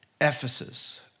Ephesus